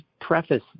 preface